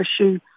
issue